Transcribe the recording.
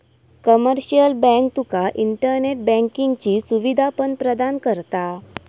commercial bank तुका internet बँकिंगची सुवीधा पण प्रदान करता